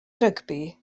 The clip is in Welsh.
rygbi